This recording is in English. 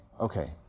okay